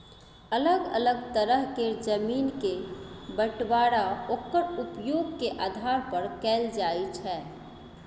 अलग अलग तरह केर जमीन के बंटबांरा ओक्कर उपयोग के आधार पर कएल जाइ छै